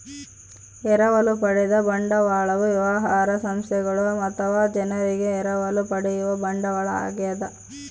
ಎರವಲು ಪಡೆದ ಬಂಡವಾಳವು ವ್ಯವಹಾರ ಸಂಸ್ಥೆಗಳು ಅಥವಾ ಜನರಿಂದ ಎರವಲು ಪಡೆಯುವ ಬಂಡವಾಳ ಆಗ್ಯದ